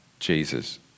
Jesus